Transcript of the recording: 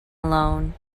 alone